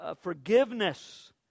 forgiveness